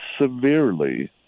severely